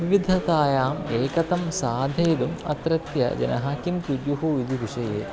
विविधतायाम् एकतां साधयितुम् अत्रत्यजनाः किं कुर्युः इति विषये